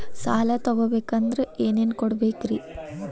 ಸಾಲ ತೊಗೋಬೇಕಂದ್ರ ಏನೇನ್ ಕೊಡಬೇಕ್ರಿ?